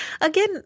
Again